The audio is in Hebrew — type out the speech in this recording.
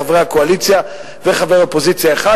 חברי הקואליציה וחבר אופוזיציה אחד,